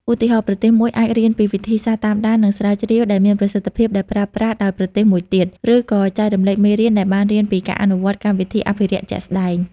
ឧទាហរណ៍ ប្រទេសមួយអាចរៀនពីវិធីសាស្ត្រតាមដាន និងស្រាវជ្រាវដែលមានប្រសិទ្ធភាពដែលប្រើប្រាស់ដោយប្រទេសមួយទៀត ឬក៏ចែករំលែកមេរៀនដែលបានរៀនពីការអនុវត្តកម្មវិធីអភិរក្សជាក់ស្តែង។